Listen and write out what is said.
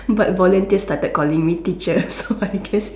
but volunteer started calling me teacher so I guess